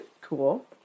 Cool